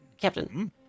Captain